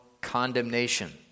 condemnation